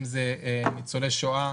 אם זה ניצולי שואה,